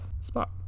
spot